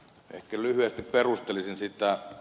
ehkä lyhyesti perustelisin sitä